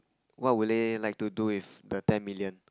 what would they like to do with the ten million